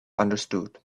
understood